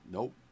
Nope